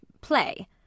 play